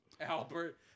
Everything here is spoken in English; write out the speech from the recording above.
Albert